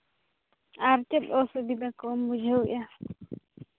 ᱟᱨ ᱪᱮᱫ ᱚᱥᱩᱵᱤᱫᱷᱟ ᱠᱚᱢ ᱵᱩᱡᱷᱟᱹᱣᱮᱫᱼᱟ